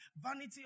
Vanity